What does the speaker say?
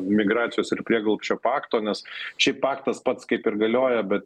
migracijos ir prieglobsčio pakto nes šaip paktas pats kaip ir galioja bet